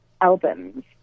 albums